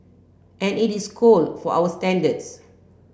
and it is cold for our standards